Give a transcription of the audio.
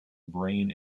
brain